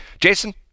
Jason